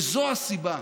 וזו הסיבה